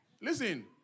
Listen